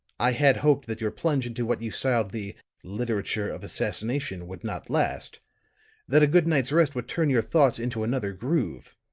i had hoped that your plunge into what you styled the literature of assassination would not last that a good night's rest would turn your thoughts into another groove.